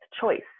choice